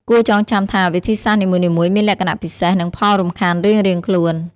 គួរចងចាំថា វិធីសាស្ត្រនីមួយៗមានលក្ខណៈពិសេស និងផលរំខានរៀងៗខ្លួន។